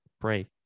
pray